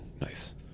Nice